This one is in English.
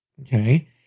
Okay